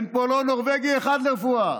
אין פה נורבגי אחד לרפואה.